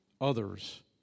others